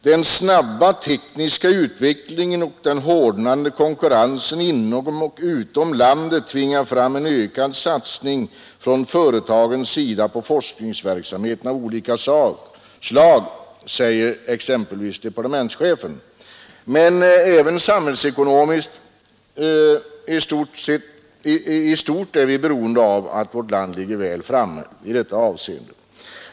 Den snabba tekniska utvecklingen och den hårdnande konkurrensen inom och utom landet tvingar fram en ökad satsning från företagens sida på forskningsverksamhet av olika slag, säger departementschefen. Men även samhällsekonomin i stort är beroende av att vårt land ligger väl framme i detta avseende.